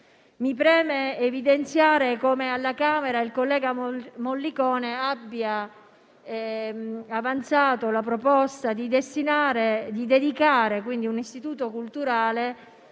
Mi preme evidenziare come alla Camera il collega Mollicone abbia avanzato la proposta di dedicare un istituto culturale